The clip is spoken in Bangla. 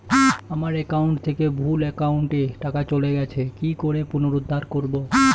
আমার একাউন্ট থেকে ভুল একাউন্টে টাকা চলে গেছে কি করে পুনরুদ্ধার করবো?